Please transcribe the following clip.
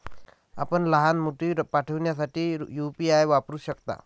आपण लहान मोती पाठविण्यासाठी यू.पी.आय वापरू शकता